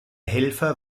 helfer